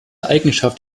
eigenschaft